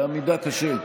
בעמידה זה קשה.